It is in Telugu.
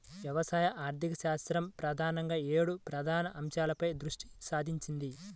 వ్యవసాయ ఆర్థికశాస్త్రం ప్రధానంగా ఏడు ప్రధాన అంశాలపై దృష్టి సారించింది